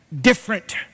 different